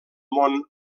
món